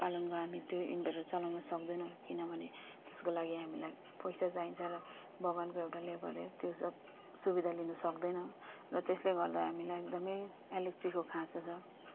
पालनको हामी त्यो इन्भर्टर चलाउनु सक्दैनौँ किनभने त्यसको लागि हामीलाई पैसा चाहिन्छ र बगानको एउटा लेबरले त्यो सब सुविधा लिनुसक्दैन र त्यसले गर्दा हामीलाई एकदमै इलेक्ट्रिकको खाँचो छ